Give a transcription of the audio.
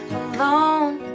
alone